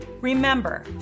Remember